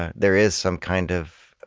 ah there is some kind of